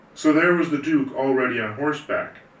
so there was the duke already on horseback,